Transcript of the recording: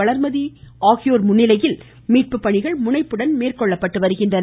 வளர்மதி ஆகியோர் முன்னிலையில் மீட்புப் பணிகள் முனைப்புடன் மேற்கொள்ளப்பட்டு வருகிறது